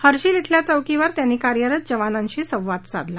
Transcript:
हर्षिल खेल्या चौकीवर त्यांनी कार्यरत जवानांशी संवाद साधला